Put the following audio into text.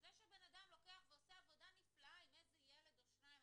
זה שבן אדם לוקח ועושה עבודה נפלאה עם איזה ילד או שניים,